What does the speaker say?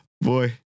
Boy